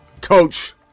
coach